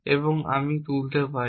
এবং আমি তুলতে পারি